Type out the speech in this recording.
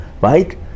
right